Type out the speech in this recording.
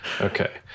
okay